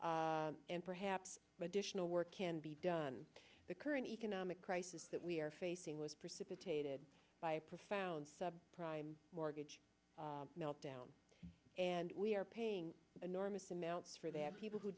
forward and perhaps additional work can be done to the current economic crisis that we are facing was precipitated by a profound sub prime mortgage meltdown and we are paying enormous amounts for their people who